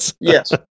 Yes